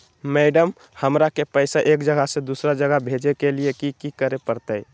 Madam, हमरा के पैसा एक जगह से दुसर जगह भेजे के लिए की की करे परते?